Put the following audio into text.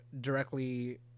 directly